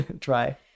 try